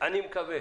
אני מקווה